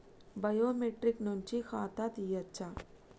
Biometric నుంచి ఖాతా తీయచ్చా?